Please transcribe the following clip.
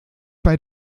bei